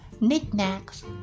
knickknacks